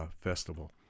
Festival